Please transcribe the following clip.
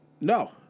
No